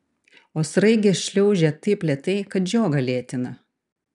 o sraigė šliaužia taip lėtai kad žiogą lėtina